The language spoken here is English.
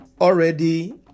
already